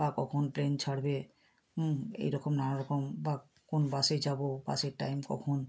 বা কখন ট্রেন ছাড়বে এই রকম নানা রকম বা কোন বাসে যাবো বাসের টাইম কখন